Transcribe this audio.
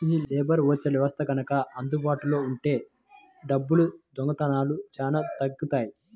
యీ లేబర్ ఓచర్ల వ్యవస్థ గనక అందుబాటులో ఉంటే డబ్బుల దొంగతనాలు చానా తగ్గుతియ్యి